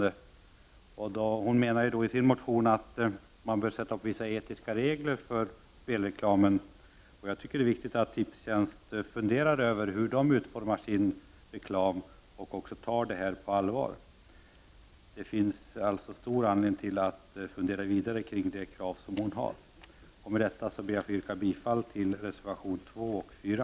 Karin Israelsson menar — det framgår av hennes motion — att det bör sättas upp vissa etiska regler för spelreklamen. Jag tycker att det är viktigt att Tipstjänst funderar över utformningen av sin reklam och att man tar dessa saker på allvar. Det finns alltså stor anledning att fundera vidare över Karin Israelssons krav. Med detta yrkar jag bifall till reservationerna 2 och 4.